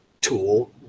tool